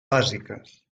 bàsiques